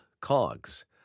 COGS